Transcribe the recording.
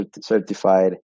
certified